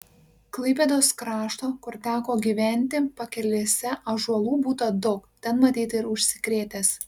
klaipėdos krašto kur teko gyventi pakelėse ąžuolų būta daug ten matyt ir užsikrėtęs